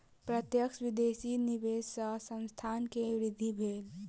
प्रत्यक्ष विदेशी निवेश सॅ संस्थान के वृद्धि भेल